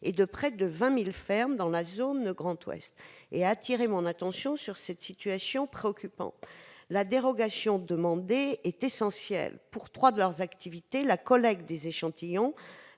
et de près de 20 000 fermes dans la zone Grand Ouest. Il a ainsi attiré mon attention sur cette situation préoccupante. La dérogation demandée est essentielle pour trois des activités de ces laboratoires : la collecte des échantillons